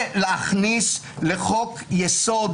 ולהכניס לחוק-יסוד: